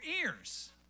ears